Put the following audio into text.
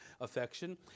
affection